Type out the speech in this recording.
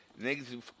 Niggas